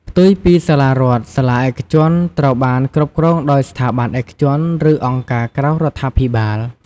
ផ្ទុយពីសាលារដ្ឋ សាលាឯកជនត្រូវបាន គ្រប់គ្រងដោយស្ថាប័នឯកជន ឬអង្គការក្រៅរដ្ឋាភិបាល ។